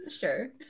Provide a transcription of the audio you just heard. sure